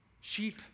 sheep